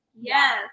Yes